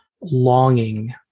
longing